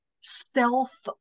self